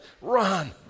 run